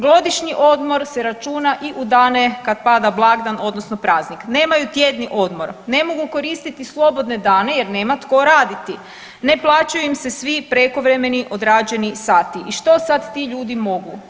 Godišnji odmor se računa i u dane kad pada blagdan odnosno praznik, nemaju tjedni odmor, ne mogu koristiti slobodne dane jer nema tko raditi, ne plaćaju im se svi prekovremeni odrađeni sati i što sad ti ljudi mogu?